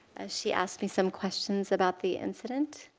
she asked me some questions about the incident.